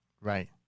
right